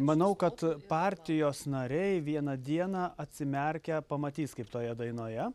manau kad partijos nariai vieną dieną atsimerkę pamatys kaip toje dainoje